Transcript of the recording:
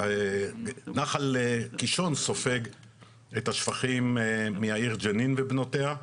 נחל קישון סופג את השפכים מהעיר ג'נין ובנותיה.